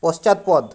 পশ্চাৎপদ